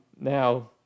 now